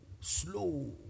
Slow